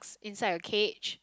inside a cage